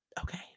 Okay